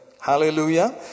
hallelujah